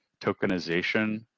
tokenization